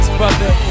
brother